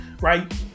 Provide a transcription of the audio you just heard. Right